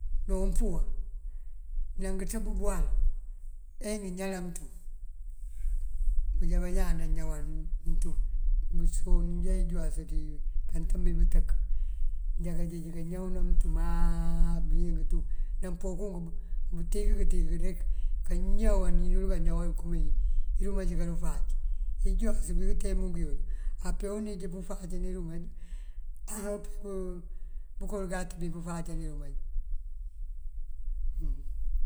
Na upúum ná ngëţëb bëwal ajá ngëñalan mëtum. Bunjá bañaan ndañaw mëntum nësonari injúwasë di kantambi bënţënk já kanjeej kañawëna mëntumáa bëliyëng tú. Nampoku bëntíkël bëntik rek kañawáa anínël kañawal ekëmee irumaj karu fáac. injúwasë bí kënteenuk iyël apee unij pëfáacan irumaj ŋal pënkolëgat pí pëfáacan irumaj hum.